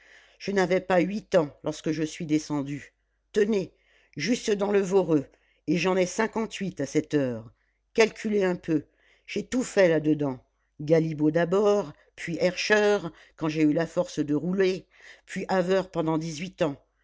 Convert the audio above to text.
je n'avais pas huit ans lorsque je suis descendu tenez juste dans le voreux et j'en ai cinquante-huit à cette heure calculez un peu j'ai tout fait là-dedans galibot d'abord puis herscheur quand j'ai eu la force de rouler puis haveur pendant dix-huit ans